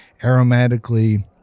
aromatically